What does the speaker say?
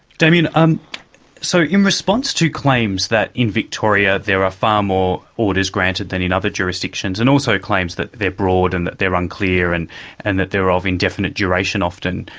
damian, um so in response to claims that in victoria there are far more orders granted that in other jurisdictions, and also claims that they are broad and that they are unclear and and that they are of indefinite duration often,